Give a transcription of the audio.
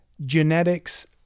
genetics